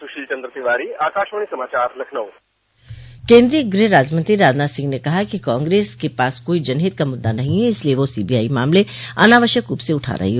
सुशील चंद तिवारी आकाशवाणी समाचार लखनऊ केन्द्रीय गृहमंत्री राजनाथ सिंह ने कहा है कि कांग्रेस के पास कोई जनहित का मुद्दा नहीं है इसलिए वह सीबीआई मामले अनावश्यक रूप से उठा रही है